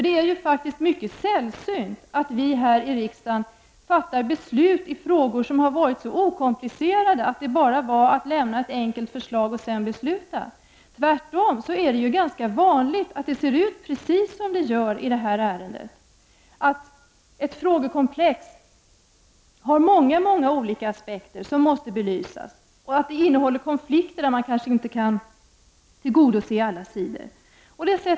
Det är faktiskt mycket sällsynt att vi i riksdagen fattar beslut i frågor som är så okomplicerade att det bara varit att lämna ett enkelt förslag och sedan besluta. Tvärtom är det ju ganska vanligt att det ser ut precis som det gör i det här ärendet, att ett frågekomplex har många många olika aspekter som måste belysas och att det innehåller konflikter där man kanske inte kan tillgodose alla sidor.